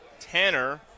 Tanner